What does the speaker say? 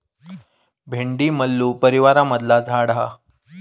भेंडी मल्लू परीवारमधला झाड हा